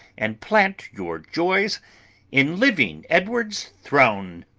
and plant your joys in living edward's throne.